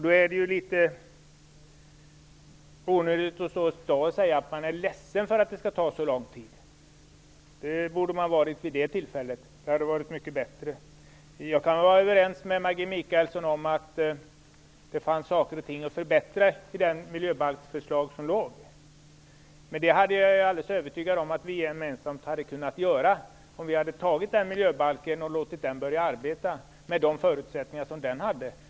Då är det litet onödigt att i dag stå och säga att man är ledsen för att det skall ta så lång tid. Det borde man ha varit vid det tillfället - det hade varit mycket bättre. Jag kan vara överens med Maggi Mikaelsson om att det fanns saker och ting att förbättra i det miljöbalksförslag som förelåg. Men jag är alldeles övertygad om att vi gemensamt hade kunnat göra det om vi hade antagit den miljöbalken och låtit den börja arbeta med de förutsättningar den hade.